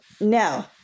No